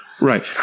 right